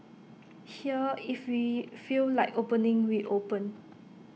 here if we feel like opening we open